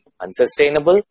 unsustainable